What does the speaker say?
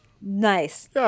nice